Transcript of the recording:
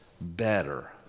better